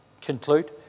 conclude